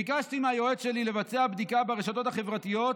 ביקשתי מהיועץ שלי לבצע בדיקה ברשתות החברתיות,